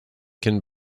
can